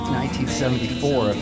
1974